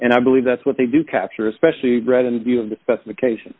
and i believe that's what they do capture especially read in view of the specification